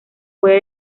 puede